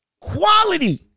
quality